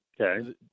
Okay